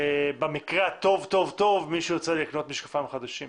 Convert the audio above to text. במקרה הטוב מישהו ירצה לקנות משקפיים חדשים.